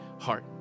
heart